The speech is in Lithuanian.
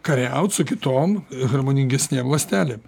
kariaut su kitom harmoningesnėm ląstelėm